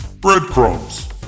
Breadcrumbs